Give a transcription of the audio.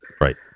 right